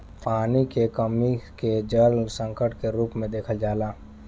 पानी के कमी के जल संकट के रूप में देखल जाला